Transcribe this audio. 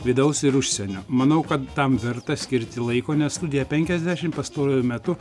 vidaus ir užsienio manau kad tam verta skirti laiko nes studija penkiasdešim pastaruoju metu